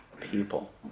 people